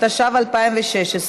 התשע"ו 2016,